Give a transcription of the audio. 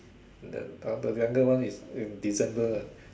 then the younger one is in December